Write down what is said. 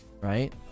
Right